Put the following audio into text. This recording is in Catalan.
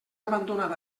abandonat